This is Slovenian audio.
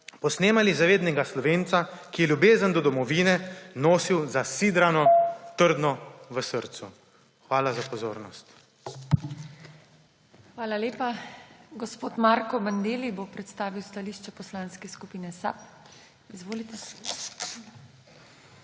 posnemali zavednega Slovenca, ki je ljubezen do domovine nosil zasidrano trdno v srcu. Hvala za pozornost. PODPREDSEDNICA TINA HEFERLE: Hvala lepa. Gospod Marko Bandelli bo predstavil stališče Poslanske skupine SAB. Izvolite.